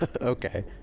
Okay